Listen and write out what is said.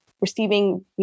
Receiving